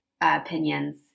opinions